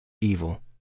evil